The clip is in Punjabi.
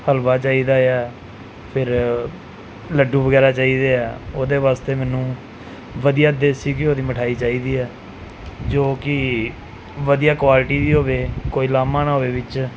ਹਲਵਾ ਚਾਹੀਦਾ ਹੈ ਫਿਰ ਲੱਡੂ ਵਗੈਰਾ ਚਾਹੀਦੇ ਹੈ ਉਹਦੇ ਵਾਸਤੇ ਮੈਨੂੰ ਵਧੀਆ ਦੇਸੀ ਘਿਓ ਦੀ ਮਿਠਾਈ ਚਾਹੀਦੀ ਹੈ ਜੋ ਕਿ ਵਧੀਆ ਕੁਆਲਿਟੀ ਦੀ ਹੋਵੇ ਕੋਈ ਉਲਾਂਭਾ ਨਾ ਹੋਵੇ ਵਿੱਚ